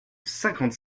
cinquante